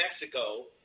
Mexico